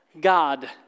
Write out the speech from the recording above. God